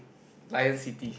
Lion City